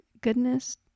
goodness